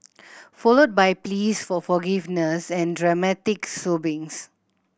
followed by pleas for forgiveness and dramatic sobbing